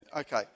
Okay